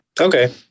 okay